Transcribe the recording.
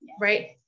right